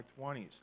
20s